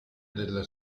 delle